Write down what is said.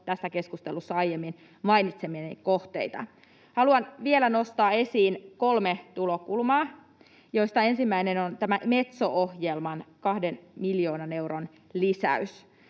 tässä keskustelussa aiemmin mainitsemiani kohteita. Haluan vielä nostaa esiin kolme tulokulmaa, joista ensimmäinen on tämän Metso-ohjelman 2 miljoonan euron lisäys.